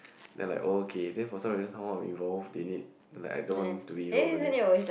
then like oh okay then for some reason somehow I'm involved in it then like I don't want to involve anymore